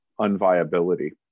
unviability